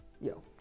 Yo